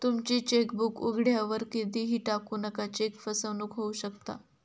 तुमची चेकबुक उघड्यावर कधीही टाकू नका, चेक फसवणूक होऊ शकता